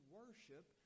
worship